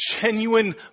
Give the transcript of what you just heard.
genuine